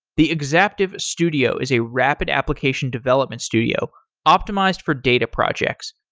the exaptive studio is a rapid application development studio optimized for data projects.